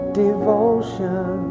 devotion